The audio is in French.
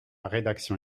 rédaction